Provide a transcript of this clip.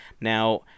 Now